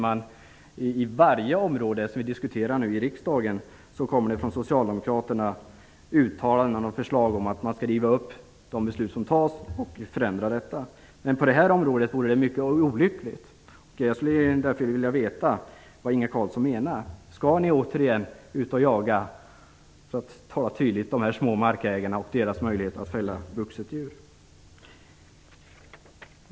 På varje område som vi diskuterar i riksdagen kommer socialdemokraterna med uttalanden om att riva upp de beslut som fattas. På det här området vore det mycket olyckligt. Därför skulle jag vilja veta vad Inge Carlsson menar: Skall ni ut och jaga igen för att frånta de små markägarna möjligheten att fälla ett vuxet djur?